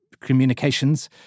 communications